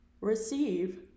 receive